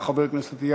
חברת הכנסת רויטל סויד,